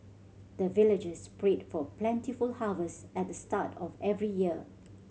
the villagers pray for plentiful harvest at the start of every year